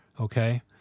okay